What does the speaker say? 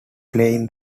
playing